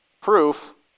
Proof